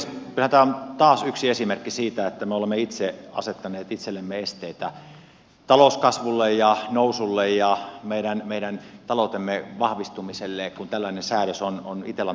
kyllähän tämä on taas yksi esimerkki siitä että me olemme itse asettaneet itsellemme esteitä talouskasvulle ja nousulle ja meidän taloutemme vahvistumiselle kun tällainen säädös on itellan toimesta otettu